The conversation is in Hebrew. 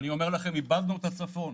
אני אומר לכם: איבדנו את הצפון.